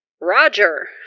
Roger